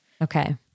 Okay